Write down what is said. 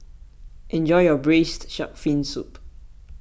enjoy your Braised Shark Fin Soup